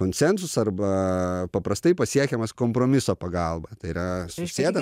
konsensus arba paprastai pasiekiamas kompromiso pagalba tai yra susėda